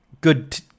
good